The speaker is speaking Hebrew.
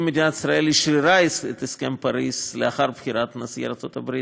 אם מדינת ישראל אשררה את הסכם פריז לאחר בחירת נשיא ארצות הברית,